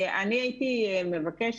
אני הייתי מבקשת